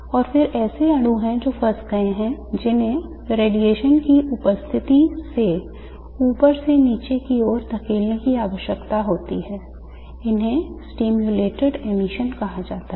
और फिर ऐसे हैं जो फंस गए हैं जिन्हें रेडिएशन की उपस्थिति से ऊपर से नीचे की ओर धकेलने की आवश्यकता होती है इन्हें stimulated emission कहा जाता है